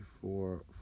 four